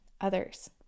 others